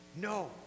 No